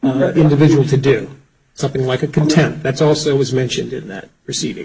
individual to do something like a content that's also was mentioned in that proceed